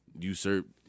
usurp